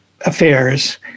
affairs